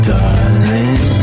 Darling